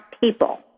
people